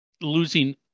Losing